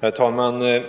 Herr talman!